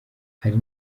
hari